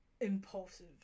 impulsive